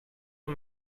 een